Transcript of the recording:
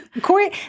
Corey